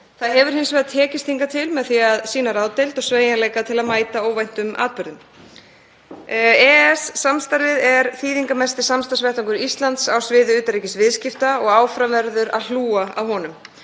Það hefur hins vegar tekist hingað til með því að sýna ráðdeild og sveigjanleika til að mæta óvæntum atburðum. EES-samstarfið er þýðingarmesti samstarfsvettvangur Íslands á sviði utanríkisviðskipta og áfram verður að hlúa að honum.